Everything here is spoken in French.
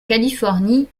californie